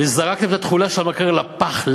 וזרקתם את התכולה של המקרר לפח.